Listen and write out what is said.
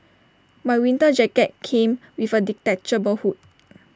my winter jacket came with A detachable hood